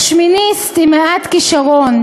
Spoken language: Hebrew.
או שמיניסט עם מעט כישרון,